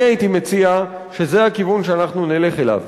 אני הייתי מציע שזה הכיוון שאנחנו נלך אליו.